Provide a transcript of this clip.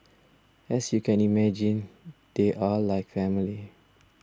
as you can imagine they are like family